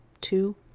two